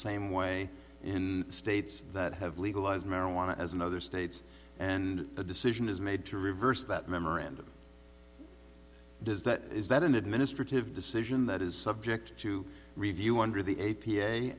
same way in states that have legalized marijuana as in other states and the decision is made to reverse that memorandum does that is that an administrative decision that is subject to review under the a